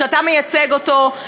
שאתה מייצג אותו,